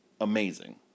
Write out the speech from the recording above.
amazing